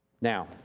Now